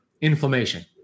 inflammation